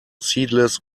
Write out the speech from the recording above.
seedless